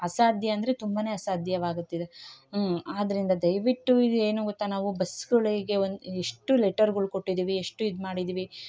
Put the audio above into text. ಅಸಾಧ್ಯ ಅಂದರೆ ತುಂಬಾ ಅಸಾಧ್ಯವಾಗುತ್ತಿದೆ ಆದ್ದರಿಂದ ದಯವಿಟ್ಟು ಇದು ಏನು ಗೊತ್ತ ನಾವು ಬಸ್ಗಳಿಗೆ ಒಂದು ಎಷ್ಟು ಲೆಟರ್ಗಳು ಕೊಟ್ಟಿದ್ದೀವಿ ಎಷ್ಟು ಇದು ಮಾಡಿದಿವಿ